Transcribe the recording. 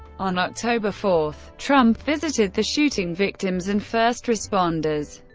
on october four, trump visited the shooting victims and first responders.